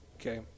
Okay